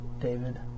David